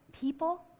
people